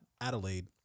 Adelaide